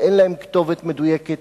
ואין להם כתובת מדויקת,